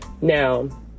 Now